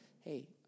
Hey